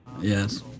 Yes